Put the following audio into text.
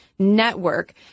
Network